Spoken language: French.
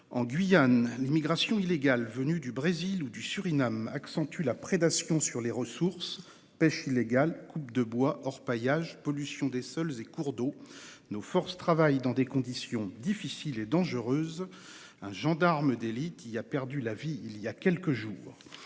En Guyane, l'immigration illégale venue du Brésil ou du Surinam accentue la prédation sur les ressources : pêche illégale, coupe de bois, orpaillage, pollution des sols et des cours d'eau, etc. Nos forces y travaillent dans des conditions difficiles et dangereuses. Un gendarme d'élite y a d'ailleurs perdu la vie il y a quelques jours.